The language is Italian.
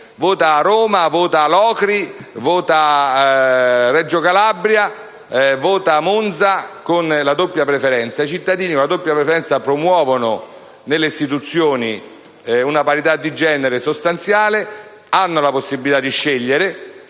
che si voti a Locri, a Reggio Calabria, a Monza o a Roma. I cittadini con la doppia preferenza promuovono nelle istituzioni una parità di genere sostanziale e hanno la possibilità di scegliere.